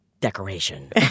decoration